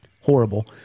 horrible